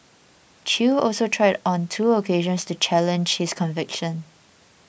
Chew also tried on two occasions to challenge his conviction